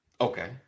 Okay